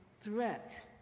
threat